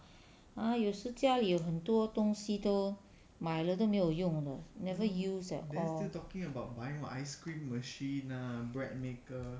!huh! 有时家里有很多东西都买了都没有用的 never use at all